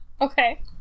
Okay